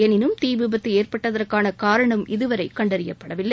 எனினும் தீ விபத்து ஏற்பட்டதற்கான காரணம் இதுவரை கண்டறியப்படவில்லை